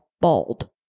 Bald